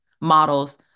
models